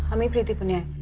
i mean preeti punia.